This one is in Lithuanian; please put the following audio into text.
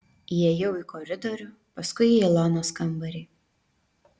įėjau į koridorių paskui į ilonos kambarį